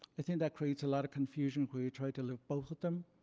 i think that creates a lot of confusion where you try to live both of them.